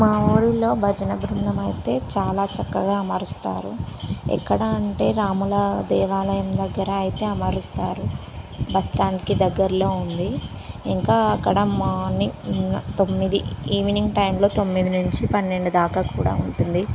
మా ఊరిలో భజన బృందం అయితే చాలా చక్కగా అమరుస్తారు ఎక్కడ అంటే రాముల దేవాలయం దగ్గర అయితే అమరుస్తారు బస్ స్టాండ్లో దగ్గరలో ఉంది ఇంకా అక్కడ మార్నింగ్ తొమ్మిది ఈవినింగ్ టైంలో తొమ్మిది నుంచి పన్నెండు దాకా కూడా ఉంటుంది